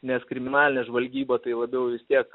nes kriminalinė žvalgyba tai labiau vis tiek